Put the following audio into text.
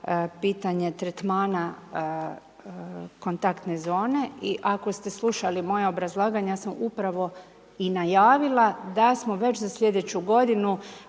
pitanje tretmana kontaktne zone i ako ste slušali moja obrazlaganja, ja sam upravo i najavila da smo već za sljedeću godinu